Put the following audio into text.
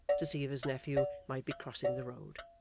to see if his nephew might be crossing the road.